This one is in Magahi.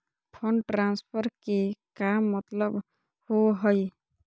फंड ट्रांसफर के का मतलब होव हई?